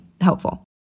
Helpful